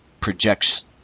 projects